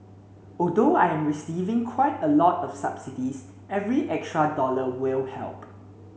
although I'm receiving quite a lot of subsidies every extra dollar will help